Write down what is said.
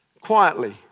quietly